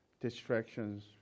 distractions